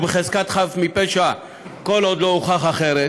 בחזקת חף מפשע כל עוד לא הוכח אחרת,